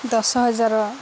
ଦଶ ହଜାର